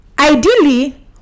Ideally